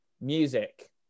music